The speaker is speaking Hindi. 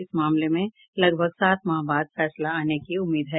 इस मामले में लगभग सात माह बाद फैसला आने की उम्मीद है